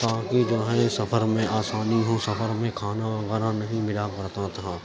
تاکہ جہاں یہ سفر میں آسانی ہو سفر میں کھانا وغیرہ نہیں ملا کرتا تھا